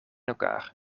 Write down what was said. elkaar